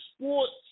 sports